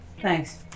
Thanks